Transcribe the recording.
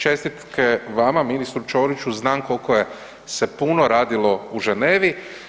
Čestitke vama, ministru Ćoriću, znam kolko je se puno radilo u Ženevi.